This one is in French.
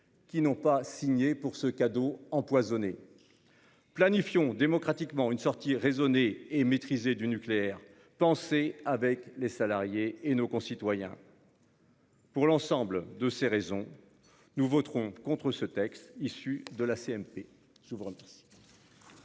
qui n'ont pas signé pour ce cadeau empoisonné. Planifions démocratiquement une sortie raisonnée et maîtrisée du nucléaire pensez avec les salariés et nos concitoyens. Pour l'ensemble de ces raisons, nous voterons contre ce texte issu de la CMP souvent. Merci